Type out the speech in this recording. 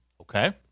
Okay